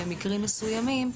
במקרים מסוימים,